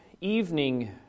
evening